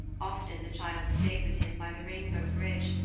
often the child stayed with him by the rainbow bridge,